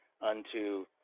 unto